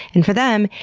and for them,